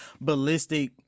ballistic